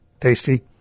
tasty